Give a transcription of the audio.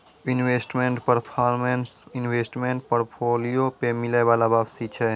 investment performance investment portfolio पे मिलै बाला वापसी छै